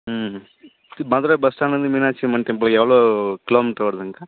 ம் மதுரை பஸ் ஸ்டாண்ட்லருந்து மீனாட்சியம்மன் டெம்பிள் எவ்வளோ கிலோமீட்டர் வருதுங்கா